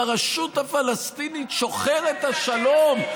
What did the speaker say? לרשות הפלסטינית שוחרת השלום,